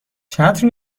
چتر